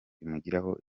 bimugiraho